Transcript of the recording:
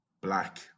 black